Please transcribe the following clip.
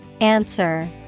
Answer